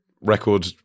record